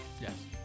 Yes